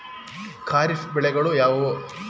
ಖಾರಿಫ್ ಬೆಳೆಗಳು ಯಾವುವು?